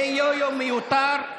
זה יו-יו מיותר,